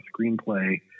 screenplay